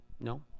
No